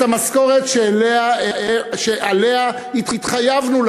את המשכורת שעליה התחייבנו,